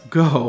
go